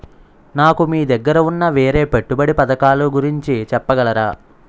నాకు మీ దగ్గర ఉన్న వేరే పెట్టుబడి పథకాలుగురించి చెప్పగలరా?